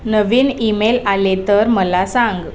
नवीन email आले तर मला सांग